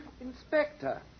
Inspector